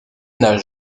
nage